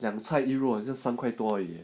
两菜一肉就三块多一点